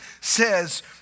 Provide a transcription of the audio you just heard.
says